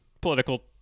political